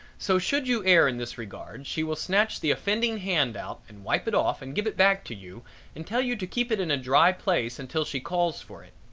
so, should you err in this regard she will snatch the offending hand out and wipe it off and give it back to you and tell you to keep it in a dry place until she calls for it.